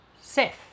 Seth